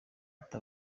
ati